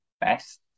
best